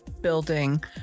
building